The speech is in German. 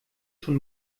schon